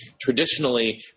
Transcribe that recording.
traditionally